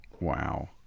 Wow